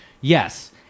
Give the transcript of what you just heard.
Yes